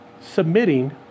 submitting